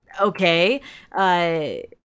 okay